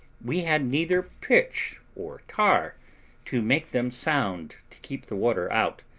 we had neither pitch or tar to make them sound to keep the water out,